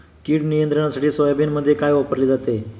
कीड नियंत्रणासाठी सोयाबीनमध्ये काय वापरले जाते?